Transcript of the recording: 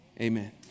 Amen